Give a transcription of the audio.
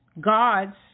gods